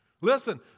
Listen